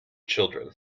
children